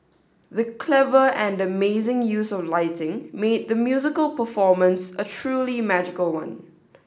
the clever and amazing use of lighting made the musical performance a truly magical one